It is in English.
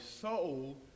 soul